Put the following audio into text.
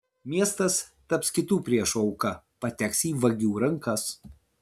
miestas taps kitų priešų auka pateks į vagių rankas